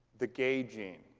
the gay gene,